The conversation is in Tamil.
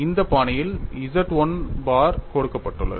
இந்த பாணியில் Z 1 பார் கொடுக்கப்பட்டுள்ளது